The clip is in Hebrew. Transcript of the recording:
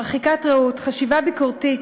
מרחיקה ראות, חשיבה ביקורתית,